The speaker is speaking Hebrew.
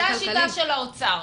זו השיטה של האוצר.